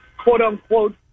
quote-unquote